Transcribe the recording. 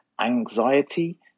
anxiety